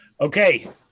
Okay